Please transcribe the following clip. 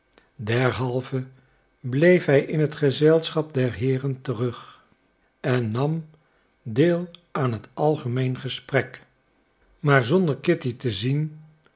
derhalve bleef hij in het gezelschap der heeren terug en nam deel aan het algemeen gesprek maar zonder kitty te zien